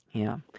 yeah.